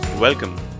Welcome